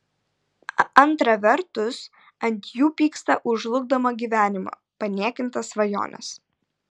antra vertus ant jų pyksta už žlugdomą gyvenimą paniekintas svajones